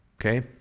Okay